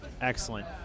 Excellent